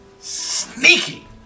sneaky